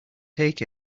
take